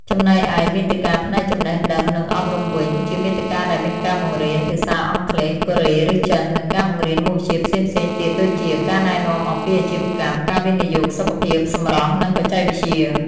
ចំណែកឯ មាតិកាផ្នែកចំណេះដឹង និងអប់រំវិញ ជាមាតិកាដែលមានការបង្រៀនភាសាអង់គ្លេស កូរ៉េ ឬចិន និងការបង្រៀនមុខវិជ្ជាផ្សេងៗទៀតដូចជា ការណែនាំអំពីអាជីវកម្ម ការវិនិយោគ សុខភាព សម្រស់ ឬបច្ចេកវិទ្យា។